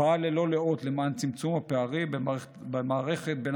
ופעל ללא לאות למען צמצום הפערים במערכת בין